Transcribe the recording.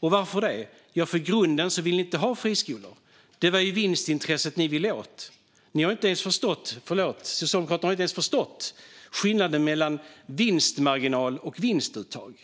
Varför det? Jo, för att i grunden vill ni inte ha friskolor. Det var vinstintresset ni ville åt. Socialdemokraterna har inte ens förstått skillnaden mellan vinstmarginal och vinstuttag.